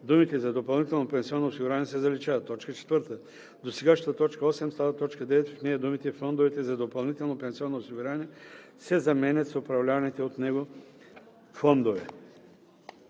думите „за допълнително пенсионно осигуряване“ се заличават. 4. Досегашната т. 8 става т. 9 и в нея думите „фондовете за допълнително пенсионно осигуряване“ се заменят с „управляваните от него фондове“.“